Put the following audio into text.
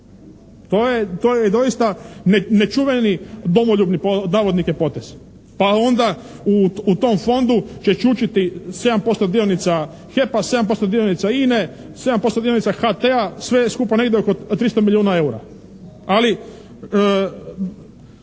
To je doista nečuveni "domoljubni" potez. Pa onda u tom fondu će čučati 7% dionica HEP-a, 7% dionica INA-e, 7% dionica HT-a, sve skupa negdje oko 300 milijuna eura. Ali,